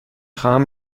خواهم